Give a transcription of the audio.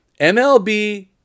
MLB